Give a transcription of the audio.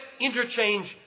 interchange